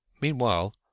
Meanwhile